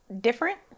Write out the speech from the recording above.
Different